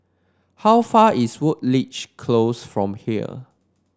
how far is Woodleigh Close from here